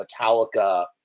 Metallica